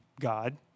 God